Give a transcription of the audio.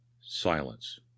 silence